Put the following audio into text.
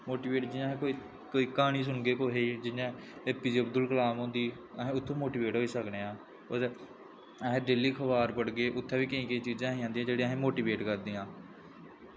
motivate जि'यां अस कोई कोई कोई क्हानी सुनगे कुसै दी जि'यां A P J Abdul Kalam हुंदी असें उत्थूं मोटिवेट होई सकने आं अस डेली अखबार पढ़गे उत्थें बी केईं केईं चीज़ां ऐसियां आंदियां जेह्ड़ियां असें ई मोटिवेट करदियां